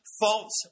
False